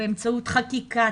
באמצעות חקיקה,